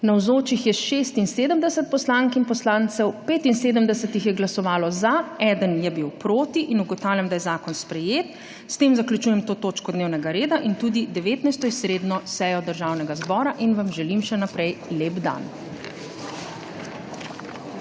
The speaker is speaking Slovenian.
Navzočih je 76 poslank in poslancev, za je glasovalo 75, proti 1. (Za je glasovalo 75.)(Proti 1.) Ugotavljam, da je zakon sprejet. S tem zaključujem to točko dnevnega reda in tudi 19. izredno sejo Državnega zbora in vam želim še naprej lep dan.